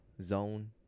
zone